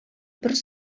бер